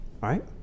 right